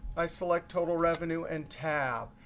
i select total revenue, and tab.